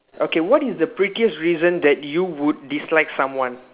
okay what is the prettiest reason that you would dislike someone